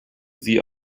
sie